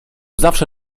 zawsze